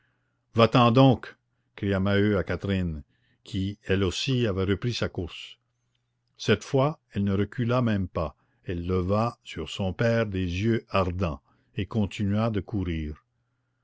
va-t'en donc cria maheu à catherine qui elle aussi avait repris sa course cette fois elle ne recula même pas elle leva sur son père des yeux ardents et continua de courir